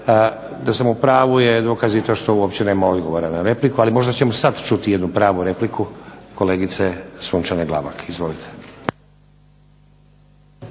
Da sam u pravu je dokaz to što uopće nema odgovora na repliku, možda ćemo sada čuti jednu pravu repliku kolegice Sunčane Glavak. Izvolite.